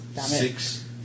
six